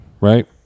Right